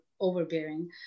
overbearing